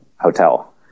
hotel